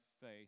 faith